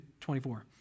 24